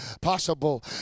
possible